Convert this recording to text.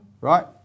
right